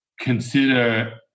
consider